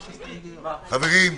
חברים,